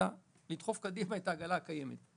אלא לדחוף קדימה את העגלה הקיימת.